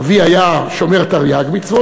אבי היה שומר תרי"ג מצוות,